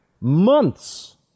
months